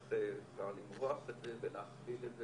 איך אפשר למרוח את זה ולהסתיר את זה